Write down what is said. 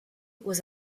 was